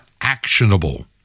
actionable